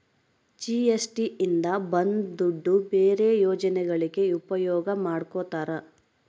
GST ಇಂದ ಬಂದ್ ದುಡ್ಡು ಬೇರೆ ಯೋಜನೆಗಳಿಗೆ ಉಪಯೋಗ ಮಾಡ್ಕೋತರ